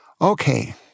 Okay